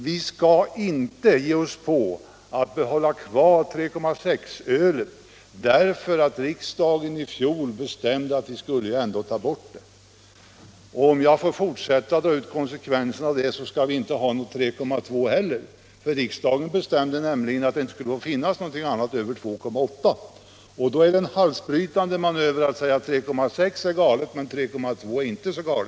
Han säger att vi nu inte skall ge oss på ett försök att behålla ett öl på 3,6 96, eftersom riksdagen i fjol ändå bestämde att vi skulle ta bort det ölet. Om jag får fortsätta att dra ut konsekvenserna av herr Strängs resonemang, skall vi inte heller ha något öl på 3,2 96, eftersom riksdagen i fjol bestämde att det inte skulle finnas något öl som var starkare än 2,8 96. Det är en halsbrytande manöver att säga att 3,6 26 är galet men att 3,2 26 inte är så galet.